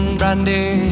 brandy